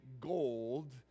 gold